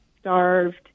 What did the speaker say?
starved